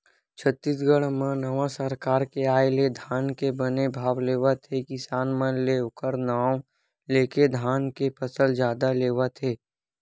छत्तीसगढ़ म नवा सरकार के आय ले धान के बने भाव लेवत हे किसान मन ले ओखर नांव लेके धान के फसल जादा लेवत हे